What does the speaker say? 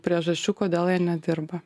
priežasčių kodėl jie nedirba